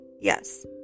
Yes